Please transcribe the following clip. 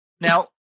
Now